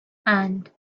and